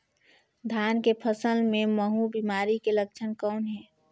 धान के फसल मे महू बिमारी के लक्षण कौन हे?